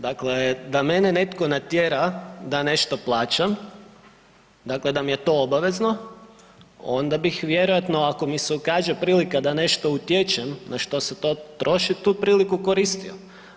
Dakle, da mene netko natjera da nešto plaćam, dakle da mi je to obvezno onda bih vjerojatno ako mi se ukaže prilika da na nešto utječem, na što se to troši, tu priliku koristio.